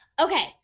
okay